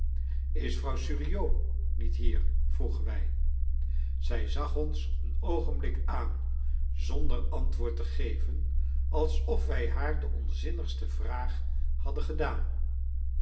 is vrouw suriot niet hier vroegen wij zij zag ons een oogenblik aan zonder antwoord te geven alsof wij haar de onzinnigste vraag hadden gedaan